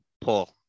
Paul